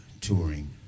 touring